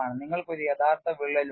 നിങ്ങൾക്ക് ഒരു യഥാർത്ഥ വിള്ളൽ ഉണ്ട്